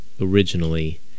originally